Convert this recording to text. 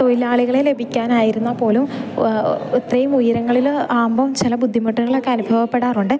തൊഴിലാളികളെ ലഭിക്കാനായിരുന്നാൽ പോലും ഇത്രയും ഉയരങ്ങളില് ആകുമ്പം ചില ബുദ്ധിമുട്ടുകളൊക്കെ അനുഭവപ്പെടാറുണ്ട്